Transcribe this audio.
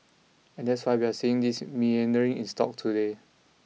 and that's why we're seeing this meandering in stocks today